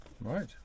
Right